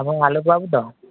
ଆପଣ ଆଲୋକ ବାବୁ ତ